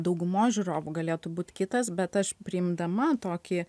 daugumos žiūrovų galėtų būt kitas bet aš priimdama tokį